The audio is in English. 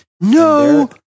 No